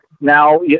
now